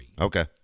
Okay